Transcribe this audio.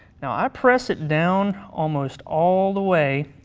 now i press it down almost all the way,